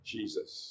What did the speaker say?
Jesus